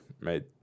made